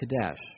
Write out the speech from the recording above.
Kadesh